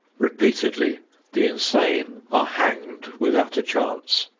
repeatedly the insane are hanged without a chance,